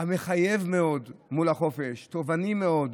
המחייב מאוד מול החופש, התובעני מאוד.